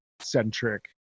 centric